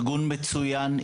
ארגון מצוין,